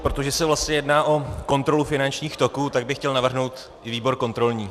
Protože se vlastně jedná o kontrolu finančních toků, tak bych chtěl navrhnout výbor kontrolní.